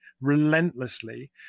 relentlessly